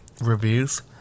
Reviews